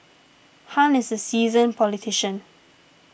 Han is a seasoned politician